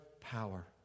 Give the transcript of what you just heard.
power